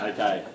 Okay